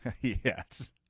Yes